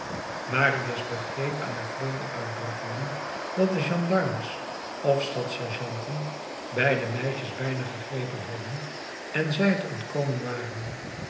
marius begreep aan haar vreemde uitdrukkingen dat de gendarmes of stadssergeanten beide meisjes bijna gegrepen hadden en zij t ontkomen waren